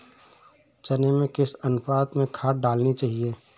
चने में किस अनुपात में खाद डालनी चाहिए?